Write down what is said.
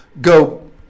go